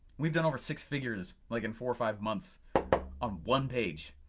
we've done over six figures like in four or five months on one page,